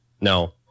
No